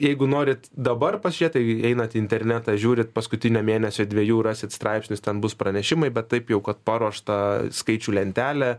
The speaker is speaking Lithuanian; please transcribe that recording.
jeigu norit dabar pasižiūrėt tai einat į internetą žiūrit paskutinę mėnesio dviejų rasit straipsnius ten bus pranešimai bet taip jau kad paruoštą skaičių lentelę